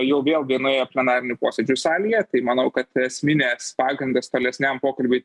jau vėlgi nuėję plenarinių posėdžių salėje tai manau kad esminės pagrindas tolesniam pokalbiui